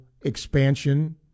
expansion